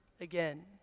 again